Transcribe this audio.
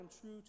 true